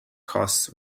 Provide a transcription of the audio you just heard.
costs